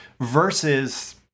versus